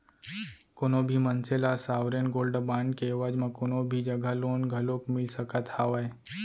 कोनो भी मनसे ल सॉवरेन गोल्ड बांड के एवज म कोनो भी जघा लोन घलोक मिल सकत हावय